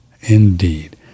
Indeed